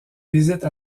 visite